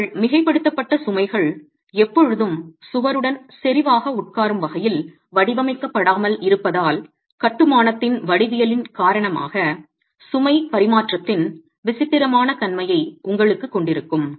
உங்கள் மிகைப்படுத்தப்பட்ட சுமைகள் எப்பொழுதும் சுவருடன் செறிவாக உட்காரும் வகையில் வடிவமைக்கப்படாமல் இருப்பதால் கட்டுமானத்தின் வடிவியலின் காரணமாக சுமை பரிமாற்றத்தின் விசித்திரமான தன்மையை உங்களுக்கு கொண்டிருக்கும்